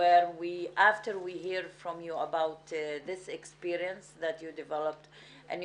לאחר שנשמע ממך על הניסיון שלכם והתכנית שפיתחתם